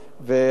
מה אתי?